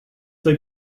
they